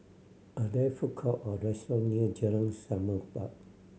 are there food court or restaurant near Jalan Semerbak